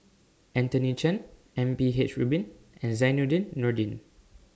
Anthony Chen M P H Rubin and Zainudin Nordin